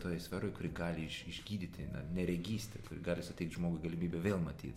toj sferoj kuri gali iš išgydyti na neregystę kuri gali suteikt žmogui galimybę vėl matyt